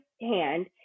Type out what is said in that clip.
hand